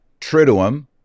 Triduum